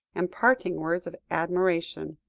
and parting words of admiration.